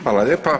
Hvala lijepa.